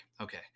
Okay